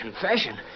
Confession